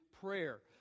prayer